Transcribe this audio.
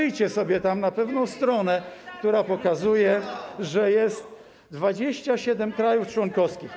Zajrzyjcie sobie tam na pewną stronę, która pokazuje, że jest 27 krajów członkowskich.